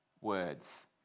words